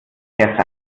herr